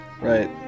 Right